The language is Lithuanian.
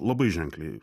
labai ženkliai